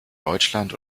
deutschland